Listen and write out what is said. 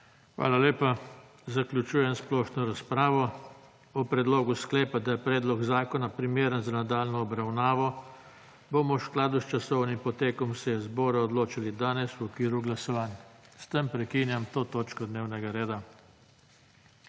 Hvala lepa. Zaključujem splošno razpravo. O predlogu sklepa, da je predlog zakona primeren za nadaljnjo obravnavo, bomo v skladu s časovnim potekom seje zbora odločali danes v okviru glasovanj. S tem prekinjam to točko dnevnega reda.